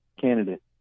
candidate